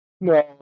No